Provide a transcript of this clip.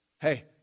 hey